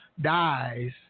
dies